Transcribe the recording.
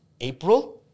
April